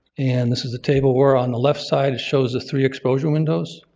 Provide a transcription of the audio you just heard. and this is the table where on the left side it shows the three exposure windows.